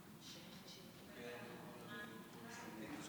אתה רוצה להעביר את הזמן?